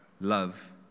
Love